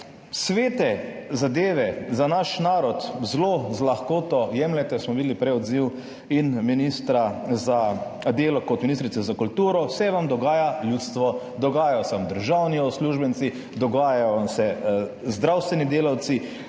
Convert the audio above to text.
svete zadeve za naš narod zelo z lahkoto jemljete, smo videli prej odziv ministra za delo in ministrice za kulturo, se vam dogaja ljudstvo, dogajajo se vam državni uslužbenci, dogajajo se vam zdravstveni delavci,